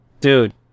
dude